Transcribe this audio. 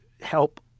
help